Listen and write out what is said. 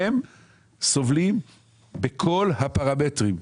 והם סובלים בכל הפרמטרים.